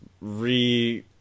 re